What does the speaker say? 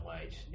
wage